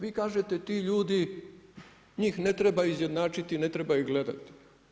Vi kažete ti ljudi njih ne treba izjednačiti, ne treba ih gledati.